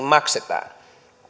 maksetaan